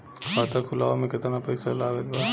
खाता खुलावे म केतना पईसा लागत बा?